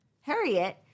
Harriet